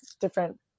different